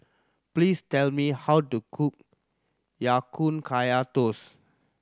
please tell me how to cook Ya Kun Kaya Toast